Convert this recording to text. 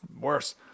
worse